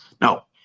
No